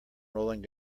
rolling